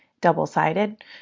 double-sided